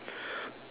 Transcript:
okay alright